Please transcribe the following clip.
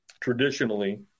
traditionally